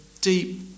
deep